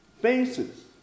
faces